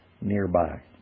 nearby